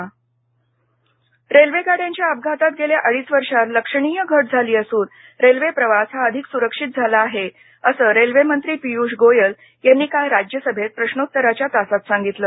रेल्वेगाड्या रेल्वेगाड्यांच्या अपघातात गेल्या अडीच वर्षांत लक्षणीय घट झाली असून रेल्वे प्रवास हा अधिक सुरक्षित झाला आहे असं रेल्वेमंत्री पियुष गोयल यांनी काल प्रश्रोत्तराच्या तासात सांगितलं